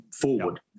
forward